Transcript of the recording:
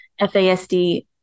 FASD